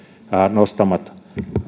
nostamat